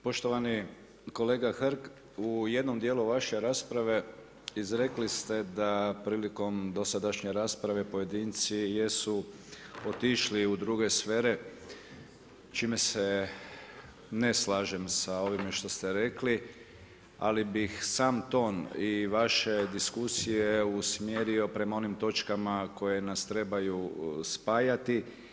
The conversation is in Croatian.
Poštovani kolega Hrg, u jednom dijelu vaše rasprave, izrekli ste da prilikom dosadašnje rasprave, pojedinci jesu otišli u druge sfere, čime se ne slažem s ovime što ste rekli, ali bih sam ton iz vaše diskusije usmjerio prema onim točkama koje nas trebaju spajati.